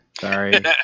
Sorry